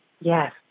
Yes